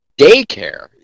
Daycare